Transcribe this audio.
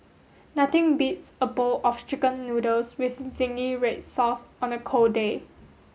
nothing beats a bowl of chicken noodles with zingy red sauce on a cold day